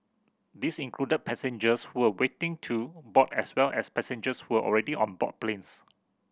these included passengers who were waiting to board as well as passengers who were already on board planes